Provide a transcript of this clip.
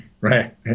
right